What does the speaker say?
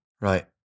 Right